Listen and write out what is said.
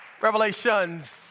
Revelations